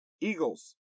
eagles